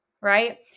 Right